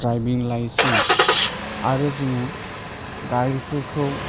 driving licence आरो जोङो गारिफोरखौ